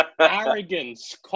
arrogance